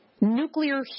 nuclear